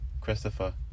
Christopher